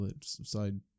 side